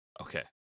Okay